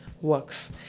works